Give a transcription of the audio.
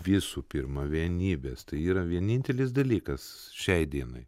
visų pirma vienybės tai yra vienintelis dalykas šiai dienai